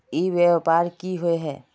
ई व्यापार की होय है?